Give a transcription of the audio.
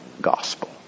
gospel